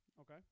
okay